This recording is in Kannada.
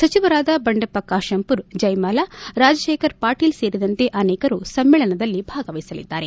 ಸಚಿವರಾದ ಬಂಡೆಪ್ಪ ಕಾಶಂಮರ್ ಜಯಮಾಲಾ ರಾಜಶೇಖರ್ ಪಾಟೀಲ್ ಸೇರಿದಂತೆ ಅನೇಕರು ಸಮ್ಮೇಳನದಲ್ಲಿ ಭಾಗವಹಿಸಲಿದ್ದಾರೆ